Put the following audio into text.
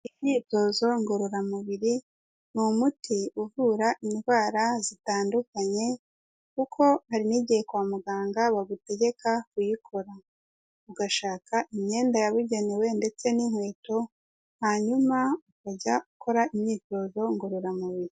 Imyitozo ngororamubiri ni umuti uvura indwara zitandukanye kuko hari n'igihe kwa muganga bagutegeka kuyikora, ugashaka imyenda yabugenewe ndetse n'inkweto hanyuma ukajya ukora imyitozo ngororamubiri.